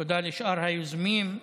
תודה לשאר היוזמים,